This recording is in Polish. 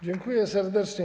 Dziękuję serdecznie.